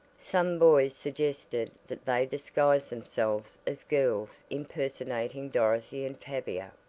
some boys suggested that they disguise themselves as girls impersonating dorothy and tavia,